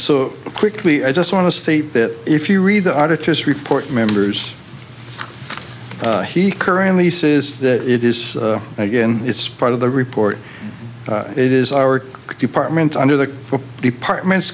so quickly i just want to state that if you read the auditors report members he currently says that it is again it's part of the report it is our department under the department